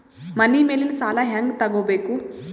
ಮನಿ ಮೇಲಿನ ಸಾಲ ಹ್ಯಾಂಗ್ ತಗೋಬೇಕು?